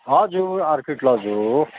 हजुर orchid lodge हो